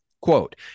Quote